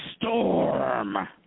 Storm